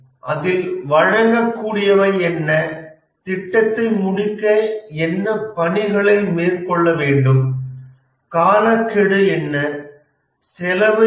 அதில் வழங்கக்கூடியவை என்ன திட்டத்தை முடிக்க என்ன பணிகளை மேற்கொள்ள வேண்டும் காலக்கெடு என்ன செலவு என்ன